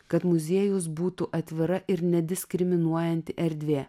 kad muziejus būtų atvira ir nediskriminuojanti erdvė